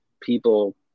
people